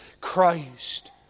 Christ